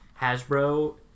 Hasbro